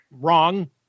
wrong